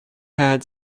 had